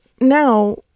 now